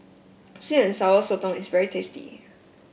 sweet and Sour Sotong is very tasty